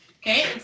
Okay